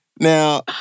Now